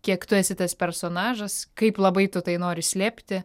kiek tu esi tas personažas kaip labai tu tai nori slėpti